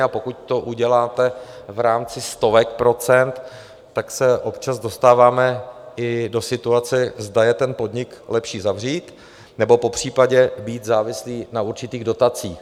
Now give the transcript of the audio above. A pokud to uděláte v rámci stovek procent, tak se občas dostáváme i do situace, zda je ten podnik lepší zavřít, nebo popřípadě být závislý na určitých dotacích.